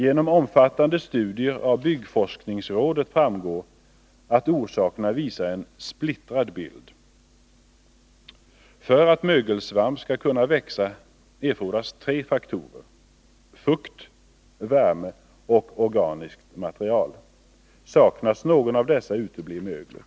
Genom omfattande studier av Byggforskningsrådet framgår att orsakerna visar en splittrad bild. För att mögelsvamp skall kunna växa erfordras tre faktorer: fukt, värme och organiskt material. Saknas någon av dessa uteblir möglet.